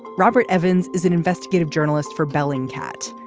robert evans is an investigative journalist for belling cat.